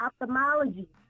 ophthalmology